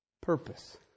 purpose